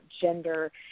gender